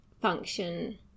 function